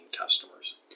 customers